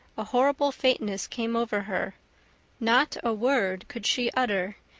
a horrible faintness came over her not a word could she utter,